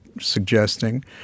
suggesting